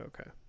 Okay